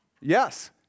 Yes